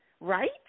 right